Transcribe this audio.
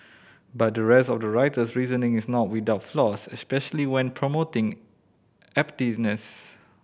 but the rest of the writer's reasoning is not without flaws especially when promoting abstinence